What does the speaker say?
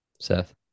Seth